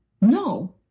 No